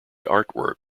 artwork